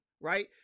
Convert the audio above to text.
right